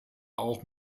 auch